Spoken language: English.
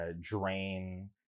Drain